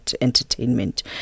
Entertainment